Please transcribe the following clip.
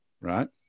right